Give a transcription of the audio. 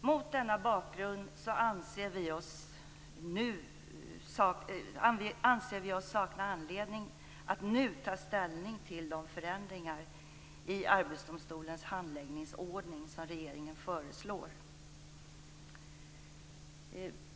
Mot denna bakgrund anser vi oss sakna anledning att nu ta ställning till de förändringar i Arbetsdomstolens handläggningsordning som regeringen föreslår.